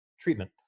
treatment